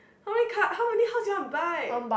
how many car how many house you want buy